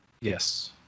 yes